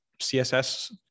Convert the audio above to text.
CSS